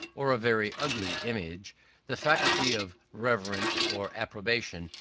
or a very ugly image the faculty of reverence, or approbation,